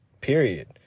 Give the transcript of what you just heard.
period